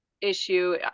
issue